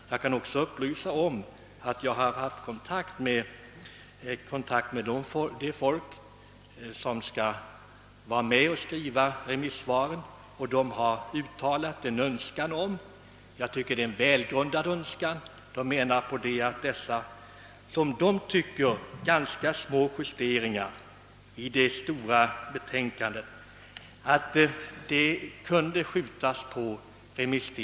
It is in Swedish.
Vidare kan jag upplysa om att jag har haft kontakt med personer som skall utforma remissvaren och vet att de har en önskan, som jag tycker är välgrundad. Enligt deras mening borde man kunna skjuta på remisstiden när det gäller justeringarna i det stora betänkandet.